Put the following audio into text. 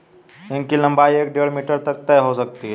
हींग की लंबाई एक से डेढ़ मीटर तक हो सकती है